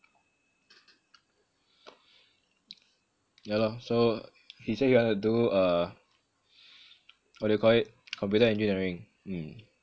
yah lor so he say he wanna do uh what do you call it computer engineering mm